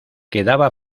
quedaba